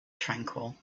tranquil